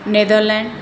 Netherlands